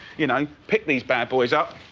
you know, pick these bad boys up.